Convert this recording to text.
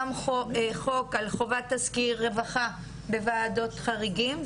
גם חוק על חובת תסקיר רווחה לוועדות חריגים,